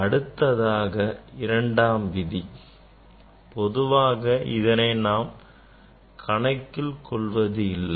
அடுத்தாக இரண்டாம் விதி பொதுவாக இதனை நாம் கணக்கில் கொள்வது இல்லை